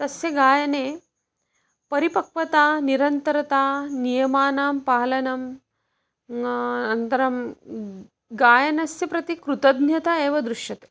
तस्य गायने परिपक्वता निरन्तरता नियमानां पालनं अनन्तरं ग् गायनस्य प्रति कृतज्ञता एव दृश्यते